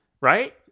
Right